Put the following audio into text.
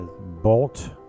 Bolt